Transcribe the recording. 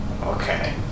Okay